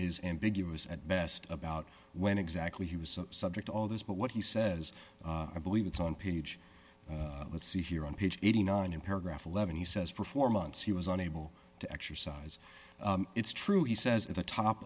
is ambiguous at best about when exactly he was subject to all this but what he says i believe it's on page let's see here on page eighty nine in paragraph eleven he says for four months he was unable to exercise it's true he says at the top